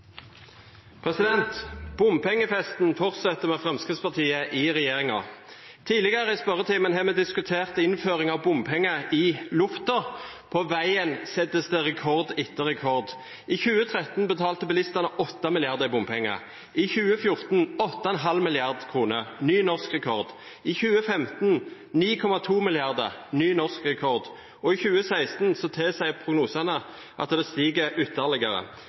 Bompengefesten fortsetter med Fremskrittspartiet i regjering. Tidligere i spørretimen har vi diskutert innføringen av bompenger i luften, på veien settes det rekord etter rekord. I 2013 betalte bilistene 8 mrd. kr i bompenger, i 2014 8,5 mrd. kr – ny norsk rekord – i 2015 9,2 mrd. kr – ny norsk rekord – og i 2016 tilsier prognosene at det stiger ytterligere.